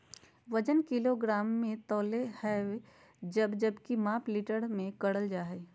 वजन किलोग्राम मे तौलल जा हय जबकि माप लीटर मे करल जा हय